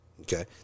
okay